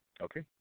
Okay